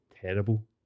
terrible